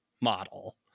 model